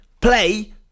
play